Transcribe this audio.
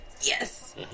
Yes